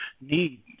need